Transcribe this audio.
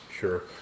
Sure